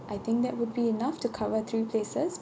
I think that would be enough to cover three places